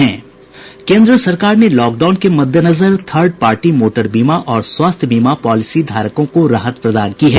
केन्द्र सरकार ने लॉकडाउन के मद्देनजर थर्ड पार्टी मोटर बीमा और स्वास्थ्य बीमा पॉलिसी धारकों को राहत प्रदान की है